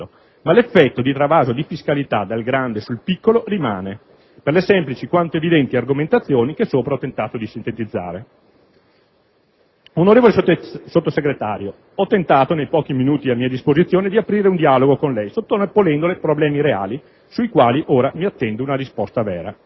ma l'effetto di travaso di fiscalità dal grande sul piccolo rimane, per le semplici quanto evidenti argomentazioni che sopra ho tentato di sintetizzare. Onorevole Sottosegretario, ho tentato nei pochi minuti a mia disposizione di aprire un dialogo con lei, sottoponendole problemi reali sui quali ora mi attendo una risposta vera;